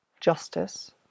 justice